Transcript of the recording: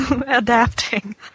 adapting